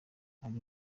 ari